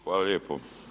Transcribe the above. Hvala lijepo.